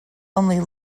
only